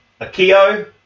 Akio